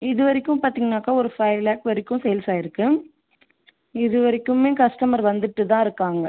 இது வரைக்கும் பார்த்திங்கனாக்கா ஒரு ஃபைவ் லேக்ஸ் வரைக்கும் சேல்ஸ் ஆகியிருக்கு இது வரைக்குமே கஸ்டமர் வந்துவிட்டு தான் இருக்காங்க